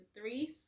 three